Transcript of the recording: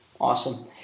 Awesome